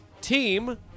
team